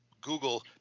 Google